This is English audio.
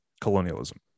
Colonialism